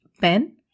pen